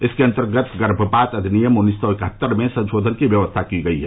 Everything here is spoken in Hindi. इसके अंतर्गत गर्मपात अधिनियम उन्नीस सौ इकहत्तर में संशोधन की व्यवस्था की गई है